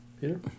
Peter